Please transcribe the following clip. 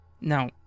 Now